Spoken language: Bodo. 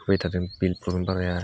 मिटारजों बिल प्रब्लेम बाराया